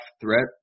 threat